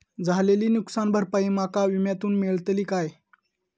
झालेली नुकसान भरपाई माका विम्यातून मेळतली काय?